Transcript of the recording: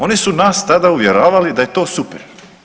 Oni su nas tada uvjeravali da je to super.